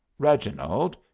reginald,